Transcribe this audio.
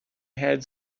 had